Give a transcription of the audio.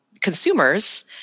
consumers